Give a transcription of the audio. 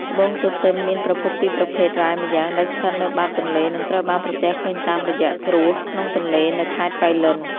ត្បូងទទឹម មានប្រភពពីប្រភេទរ៉ែម្យ៉ាង ដែលស្ថិតនៅបាតទន្លេ និងត្រូវបានប្រទះឃើញតាមរយៈគ្រួសក្នុងទន្លេនៅខេត្តប៉ៃលិន។